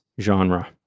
genre